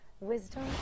wisdom